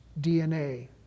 DNA